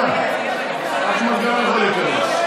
גם אחמד יכול להיכנס.